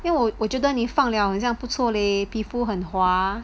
因为我我觉得你放 liao 很像不错 leh 皮肤滑